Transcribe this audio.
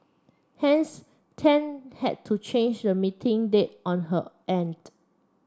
hence Tan had to change the meeting date on her end